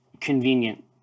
convenient